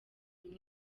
rimwe